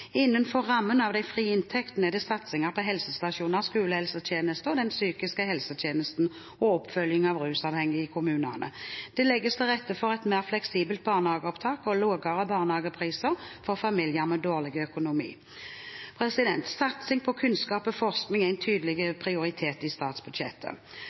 Innenfor rammen av de frie inntektene er det satsinger på helsestasjonene og skolehelsetjenesten, den psykiske helsetjenesten og oppfølgingen av rusavhengige i kommunene. Det legges til rette for et mer fleksibelt barnehageopptak og lavere barnehagepriser for familier med dårlig økonomi. Satsing på kunnskap og forskning er en